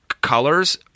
colors